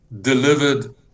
delivered